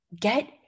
get